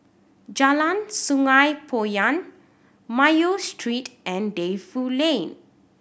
Jalan Sungei Poyan Mayo Street and Defu Lane